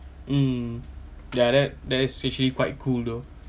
mm ya that that is actually quite cool though